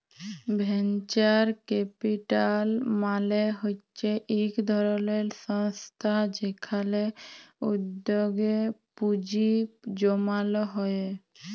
venture capital মালে হচ্যে ইক ধরলের সংস্থা যেখালে উদ্যগে পুঁজি জমাল হ্যয়ে